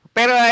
Pero